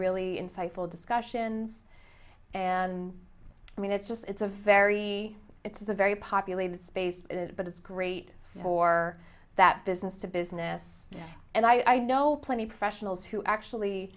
really insightful discussions and i mean it's just it's a very it's a very populated space but it's great for that business to business and i know plenty professionals who actually